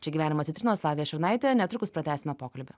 čia gyvenimo citrinos lavija šurnaitė netrukus pratęsime pokalbį